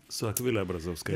su akvile brazauskaite